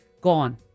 gone